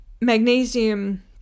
magnesium